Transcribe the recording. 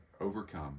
overcome